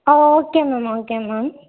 ah okay ma'am okay ma'am